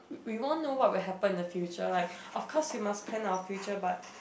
we won't know what will happen in the future like of course we must plan our future but